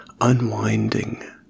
unwinding